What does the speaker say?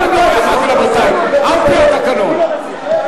מה שאתה רוצה תעשה.